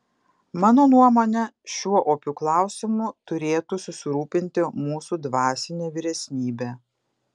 mano nuomone šiuo opiu klausimu turėtų susirūpinti mūsų dvasinė vyresnybė